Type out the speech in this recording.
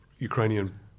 Ukrainian